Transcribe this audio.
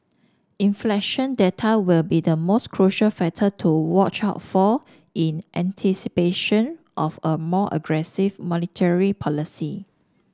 inflation data will be the most crucial factor to watch out for in anticipation of a more aggressive monetary policy